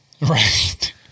Right